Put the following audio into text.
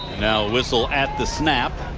whistle at the snap.